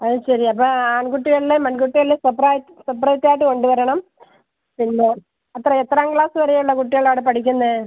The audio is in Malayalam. അത് ശരി അപ്പോൾ ആൺകുട്ടികൾടെയും പെൺകുട്ടികൾടെയും സെപ്പറേറ്റ് ആയിട്ട് കൊണ്ട് വരണം പിന്നെ അത്ര എത്രാം ക്ലാസ് വരെയുള്ള കുട്ടികൾ അവിടെ പഠിക്കുന്നത്